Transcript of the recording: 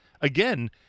Again